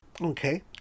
Okay